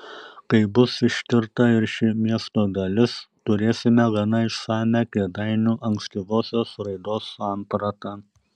kai bus ištirta ir ši miesto dalis turėsime gana išsamią kėdainių ankstyvosios raidos sampratą